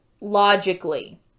logically